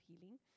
healing